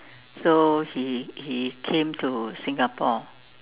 so he he came to Singapore